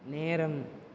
நேரம்